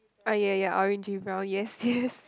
oh ya ya orangey brown yes yes